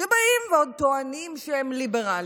שבאים ועוד טוענים שהם ליברלים.